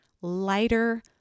lighter